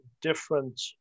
different